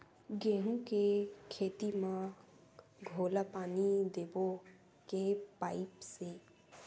गेहूं के खेती म घोला पानी देबो के पाइप से?